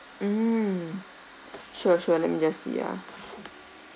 mm sure sure let me just see ah